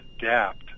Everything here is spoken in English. adapt